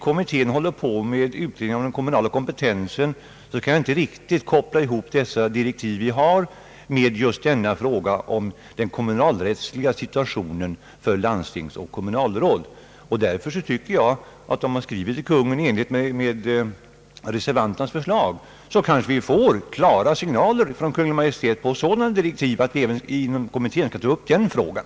Kommittén utreder frågor om den kommunala kompetensen, men jag kan inte riktigt koppla ihop våra direktiv med just denna fråga om den kommunalrättsliga situationen för landstingsoch kommunalråd. Därför tycker jag att om man skriver till Kungl. Maj:t i enlighet med reservanternas förslag får vi kanske klara signaler från Kungl. Maj:t med sådana direktiv att kommittén skall ta upp även den frågan.